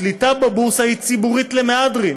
השליטה בבורסה היא ציבורית למהדרין.